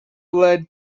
led